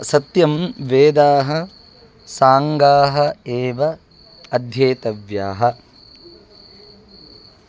सत्यं वेदाः साङ्गाः एव अध्येतव्याः